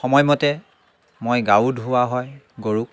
সময়মতে মই গাও ধুওৱা হয় গৰুক